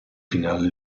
finale